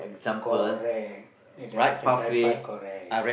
correct and that's the thing by part correct